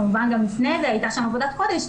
כמובן גם לפני זה הייתה שם עבודת קודש,